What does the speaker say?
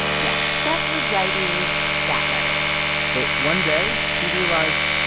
yeah, seth was writing that letter but one day, he realized,